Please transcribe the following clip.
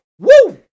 Woo